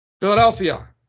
Philadelphia